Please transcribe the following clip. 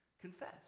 Confess